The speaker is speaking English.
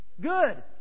good